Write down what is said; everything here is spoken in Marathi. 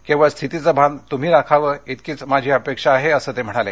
केवळ स्थितीचं भान तुम्ही राखावं इतकीच माझी अपेक्षा आहे असं ते म्हणाले